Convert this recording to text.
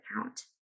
account